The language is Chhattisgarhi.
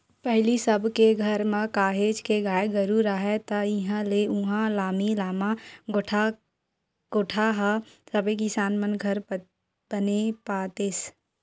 पहिली सब के घर म काहेच के गाय गरु राहय ता इहाँ ले उहाँ लामी लामा कोठा ह सबे किसान मन घर बने पातेस